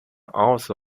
also